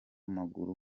maguru